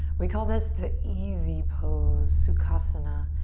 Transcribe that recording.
we call this the easy pose, sukhasana,